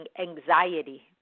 anxiety